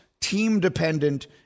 team-dependent